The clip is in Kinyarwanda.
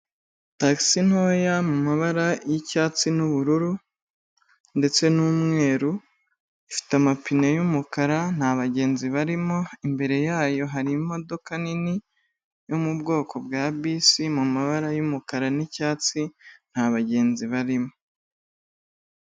Takisi ntoya mu mabara y'icyatsi n'ubururu ndetse n'umweru, ifite amapine yumukara nta bagenzi barimo imbere yayo hari imodoka nini yo mu bwoko bwa bisi mumabara y'umukara n'icyatsi nta bagenzi barimo.